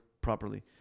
properly